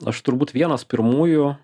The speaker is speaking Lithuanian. aš turbūt vienas pirmųjų